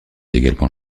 également